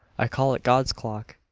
i call it god's clock.